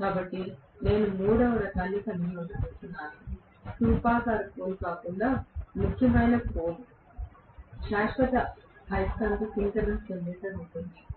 కాబట్టి నేను మూడవ రకాన్ని కలిగి ఉండబోతున్నాను స్థూపాకార పోల్ కాకుండా ముఖ్యమైన పోల్ శాశ్వత అయస్కాంత సింక్రోనస్ జనరేటర్ ఉంటుంది